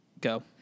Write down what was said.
Go